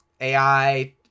AI